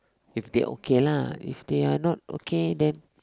if they okay lah if they are not okay then